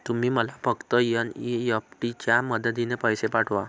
तुम्ही मला फक्त एन.ई.एफ.टी च्या मदतीने पैसे पाठवा